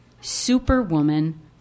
Superwoman